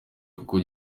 kuko